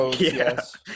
yes